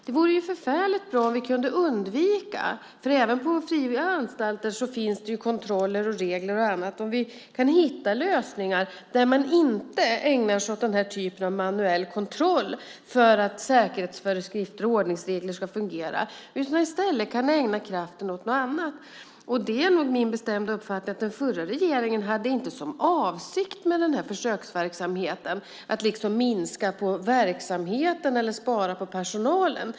Det vore mycket bra om vi kunde undvika en del saker. Även på fria anstalter finns det kontroller, regler och annat. Kan vi hitta lösningar där man inte ägnar sig åt den typen av manuell kontroll för att säkerhetsföreskrifter och ordningsregler ska fungera kan man i stället ägna kraften åt något annat. Det är min bestämda uppfattning att den förra regeringen inte hade som avsikt med försöksverksamheten att minska på verksamheten eller spara på personalen.